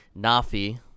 Nafi